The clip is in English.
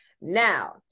Now